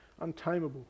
untamable